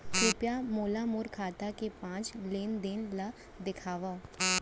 कृपया मोला मोर खाता के पाँच लेन देन ला देखवाव